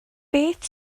beth